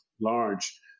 large